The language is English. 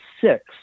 six